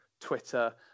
twitter